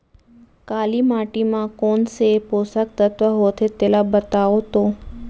काली माटी म कोन से पोसक तत्व होथे तेला बताओ तो?